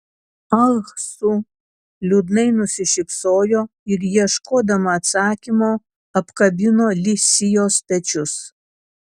ah su liūdnai nusišypsojo ir ieškodama atsakymo apkabino li sijos pečius